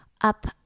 up